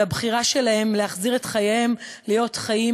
ובחירה שלהם להחזיר את חייהם להיות חיים